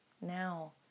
now